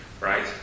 right